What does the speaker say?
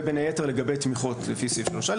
ובין היתר לגבי תמיכות לפי סעיף 3(א),